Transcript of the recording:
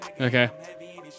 Okay